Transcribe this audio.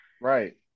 Right